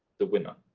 the winner.